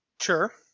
Sure